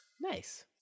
nice